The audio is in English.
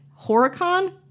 Horicon